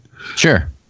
Sure